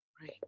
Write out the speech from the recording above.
right